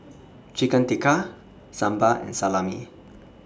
Chicken Tikka Sambar and Salami